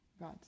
God